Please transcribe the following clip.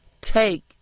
take